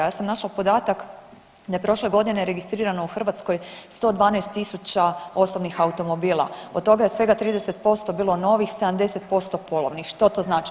Ja sam našla podatak da je prošle godine registrirano u Hrvatskoj 112 tisuća osobnih automobila, od toga je svega 30% bilo novih, 70% polovnih, što to znači?